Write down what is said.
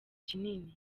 kinini